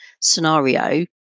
scenario